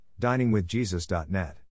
diningwithjesus.net